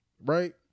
right